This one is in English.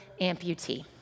amputee